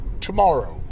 tomorrow